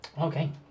Okay